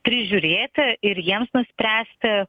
prižiūrėti ir jiems nuspręsti